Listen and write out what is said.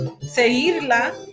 seguirla